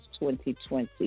2020